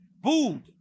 booed